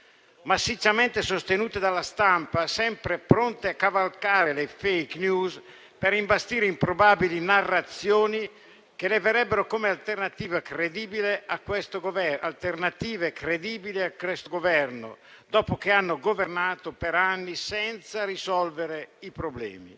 massicciamente sostenute dalla stampa, sempre pronte a cavalcare le *fake news* per imbastire improbabili narrazioni che le vorrebbero come alternative credibili a questo Governo, dopo che hanno governato per anni senza risolvere i problemi.